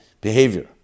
behavior